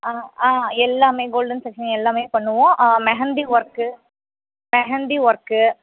அ ஆ எல்லாமே golden facial எல்லாமே பண்ணுவோம் மெஹந்தி ஒர்க்கு மெஹந்தி ஒர்க்கு